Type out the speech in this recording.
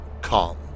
calm